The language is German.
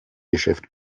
geschäft